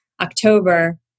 October